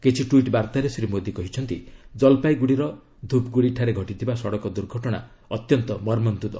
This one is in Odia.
କିଛି ଟ୍ୱିଟ୍ ବାର୍ତ୍ତାରେ ଶ୍ରୀ ମୋଦି କହିଛନ୍ତି ଜଲ୍ପାଇଗୁଡ଼ିର ଧୁପଗୁଡ଼ିଠାରେ ଘଟିଥିବା ସଡ଼କ ଦୁର୍ଘଟଣା ଅତ୍ୟନ୍ତ ମର୍ମନ୍ତୁଦ